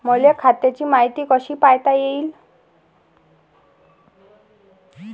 मले खात्याची मायती कशी पायता येईन?